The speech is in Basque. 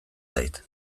zait